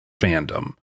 fandom